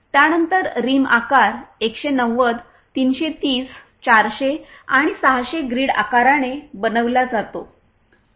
त्यानंतर रिम आकार 190 330 400 आणि 600 ग्रिड आकाराने बनविला जातो